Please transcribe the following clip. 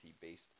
based